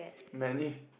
many